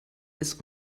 ist